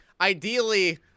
ideally